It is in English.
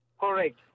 Correct